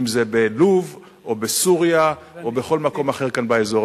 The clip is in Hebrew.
אם בלוב או בסוריה או בכל מקום אחר כאן באזור.